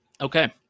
Okay